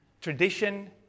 tradition